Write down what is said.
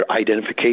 identification